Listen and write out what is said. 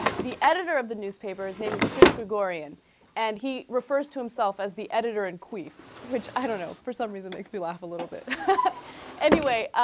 the editor of the newspapers name is chris gregorian and he refers to himself as the editor and queen which i don't know for some reason they fill out a little bit anyway ah.